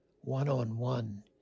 one-on-one